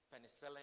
penicillin